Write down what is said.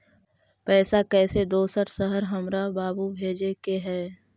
पैसा कैसै दोसर शहर हमरा बाबू भेजे के है?